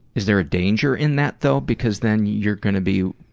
is there a danger in that though, because then you're going to be